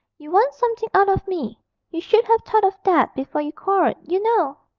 you want something out of me you should have thought of that before you quarrelled, you know